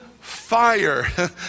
fire